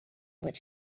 which